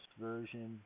version